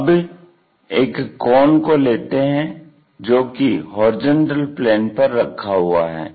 अब एक कोन को लेते हैं जो कि HP पर रखा हुआ है